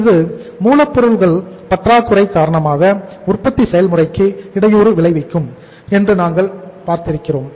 இது மூலப்பொருள்கள் பற்றாக்குறை காரணமாக உற்பத்தி செயல்முறைக்கு இடையூறு விளைவிக்கும் என்று நாங்கள் பார்த்திருக்கிறோம்